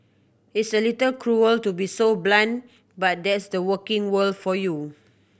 it's a little cruel to be so blunt but that's the working world for you